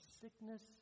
sickness